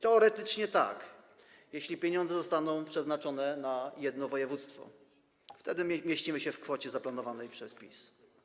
Teoretycznie tak, jeśli pieniądze zostaną przeznaczone na jedno województwo, wtedy zmieścimy się w kwocie zaplanowanej przez PiS.